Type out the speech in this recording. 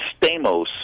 Stamos